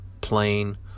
plain